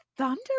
Thunder